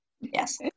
Yes